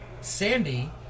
Sandy